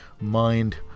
mind